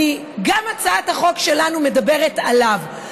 הצעת החוק שלנו מדברת גם עליו,